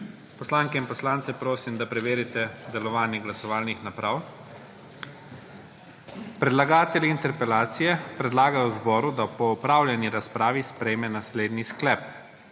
Poslanke in poslance prosim, da preverite delovanje glasovalnih naprav. Predlagatelji interpelacije predlagajo zboru, da po opravljeni razpravi sprejme naslednji sklep: